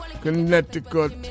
Connecticut